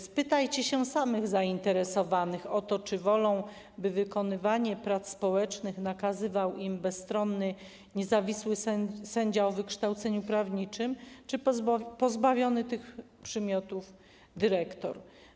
Spytajcie samych zainteresowanych o to, czy wolą, by wykonywanie prac społecznych nakazywał im bezstronny, niezawisły sędzia o wykształceniu prawniczym, czy pozbawiony tych przymiotów dyrektor.